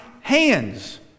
hands